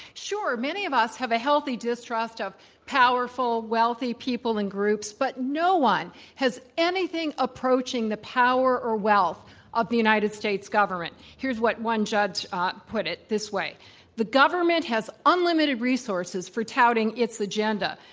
sure, many of us have a healthy distrust of powerful, wealthy people in groups. but no one has anything approaching the power or wealth of the united states government. here's what one judge put it this way the government has unlimited resources for touting its agenda.